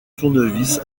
tournevis